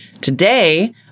Today